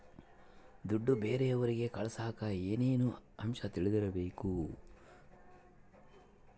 ದುಡ್ಡು ಬೇರೆಯವರಿಗೆ ಕಳಸಾಕ ಏನೇನು ಅಂಶ ತಿಳಕಬೇಕು?